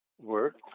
work